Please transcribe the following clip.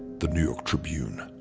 the new york tribune,